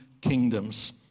kingdoms